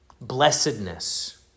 Blessedness